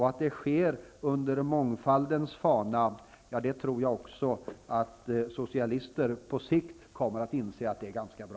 Att det sker under mångfaldens fana tror jag att även socialister på sikt kommer att inse är ganska bra.